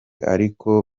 ariko